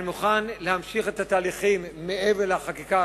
אני מוכן להמשיך את התהליכים מעבר לחקיקה